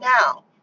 now